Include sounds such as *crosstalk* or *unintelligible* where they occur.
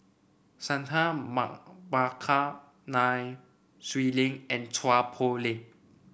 Santha *unintelligible* Bhaskar Nai Swee Leng and Chua Poh Leng